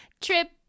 Trip